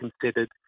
considered